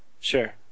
Sure